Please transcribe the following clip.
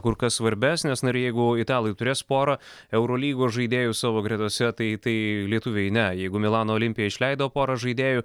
kur kas svarbesnės na ir jeigu italai turės porą eurolygos žaidėjų savo gretose tai tai lietuviai ne jeigu milano olimpia išleido porą žaidėjų